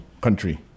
country